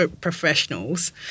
professionals